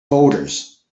voters